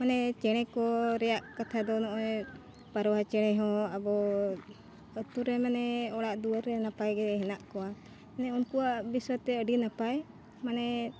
ᱢᱟᱱᱮ ᱪᱮᱬᱮ ᱠᱚ ᱨᱮᱭᱟᱜ ᱠᱟᱛᱷᱟ ᱫᱚ ᱱᱚᱜᱼᱚᱭ ᱯᱟᱣᱨᱟ ᱪᱮᱬᱮ ᱦᱚᱸ ᱟᱵᱚ ᱟᱛᱳᱨᱮ ᱢᱟᱱᱮ ᱚᱲᱟᱜᱼᱫᱩᱣᱟᱹᱨ ᱨᱮ ᱱᱟᱯᱟᱭ ᱜᱮ ᱦᱮᱱᱟᱜ ᱠᱚᱣᱟ ᱢᱟᱱᱮ ᱩᱱᱠᱩᱭᱟᱜ ᱵᱤᱥᱚᱭ ᱛᱮ ᱟᱹᱰᱤ ᱱᱟᱯᱟᱭ ᱢᱟᱱᱮ